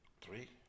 Three